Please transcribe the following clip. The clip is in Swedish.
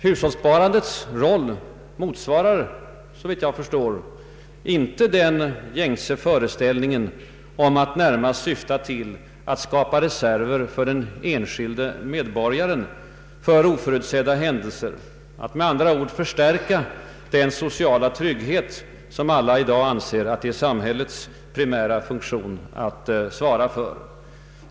Hushållssparandets roll motsvarar såvitt jag förstår inte den gängse föreställningen att det närmast syftar till att skapa reserver åt den enskilde medborgaren för oförutsedda händelser — att med andra ord förstärka den sociala trygghet som alla i dag anser att det är samhällets primära funktion att svara för.